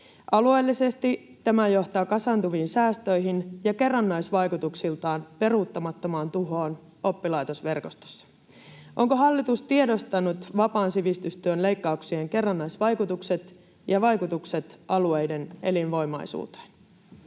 Alueellisesti tämä johtaa kasaantuviin säästöihin ja kerrannaisvaikutuksiltaan peruuttamattomaan tuhoon oppilaitosverkostossa. Onko hallitus tiedostanut vapaan sivistystyön leikkauksien kerrannaisvaikutukset ja vaikutukset alueiden elinvoimaisuuteen?